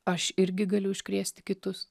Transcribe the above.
aš irgi galiu užkrėsti kitus